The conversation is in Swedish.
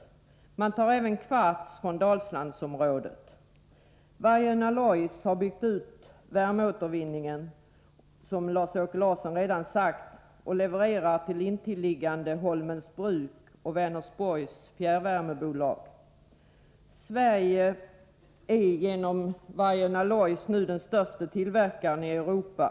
Det är även så att man tar kvarts från Dalslandsområdet. Vargön Alloys har byggt ut värmeåtervinningen, som Lars-Åke Larsson redan har sagt, och levererar till intilliggande Holmens Bruk och Vänersborgs Fjärrvärmebolag. Sverige är nu genom Vargön Alloys den största tillverkaren i Europa.